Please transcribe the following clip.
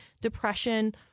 depression